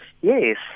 yes